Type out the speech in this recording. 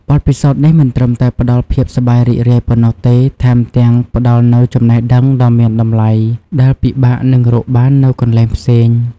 បទពិសោធន៍នេះមិនត្រឹមតែផ្តល់ភាពសប្បាយរីករាយប៉ុណ្ណោះទេ ថែមទាំងផ្តល់នូវចំណេះដឹងដ៏មានតម្លៃដែលពិបាកនឹងរកបាននៅកន្លែងផ្សេង។